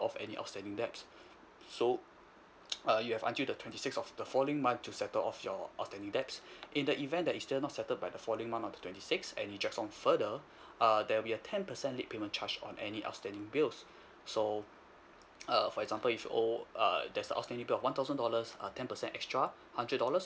off any outstanding debts so uh you have until the twenty sixth of the following month to settle off your outstanding debts in the event that is still not settled by the following month on the twenty sixth and it drags on further uh there'll be a ten percent late payment charge on any outstanding bills so uh for example if you owe err there's a outstanding bill of one thousand dollars uh ten percent extra hundred dollars